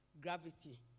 Gravity